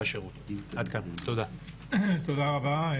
תודה רבה.